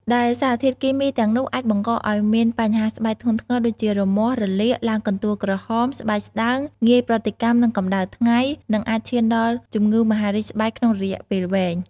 ដែលសារធាតុគីមីទាំងនោះអាចបង្កឱ្យមានបញ្ហាស្បែកធ្ងន់ធ្ងរដូចជា រមាស់ រលាក ឡើងកន្ទួលក្រហម ស្បែកស្តើង ងាយប្រតិកម្មនឹងកម្ដៅថ្ងៃ និងអាចឈានដល់ជំងឺមហារីកស្បែកក្នុងរយៈពេលវែង។